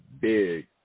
big